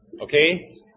Okay